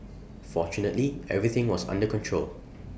fortunately everything was under control